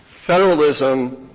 federalism